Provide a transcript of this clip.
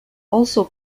also